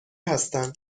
هستند